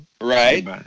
right